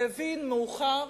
והבין מאוחר